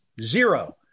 Zero